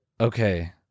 okay